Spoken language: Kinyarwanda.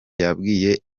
yabwiye